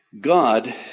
God